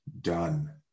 done